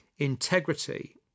integrity